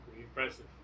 Impressive